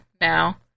now